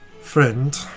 friend